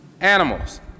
animals